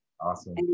Awesome